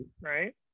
right